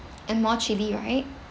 and more chili right